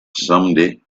someday